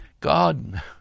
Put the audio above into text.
God